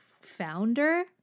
founder